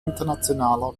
internationaler